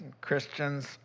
Christians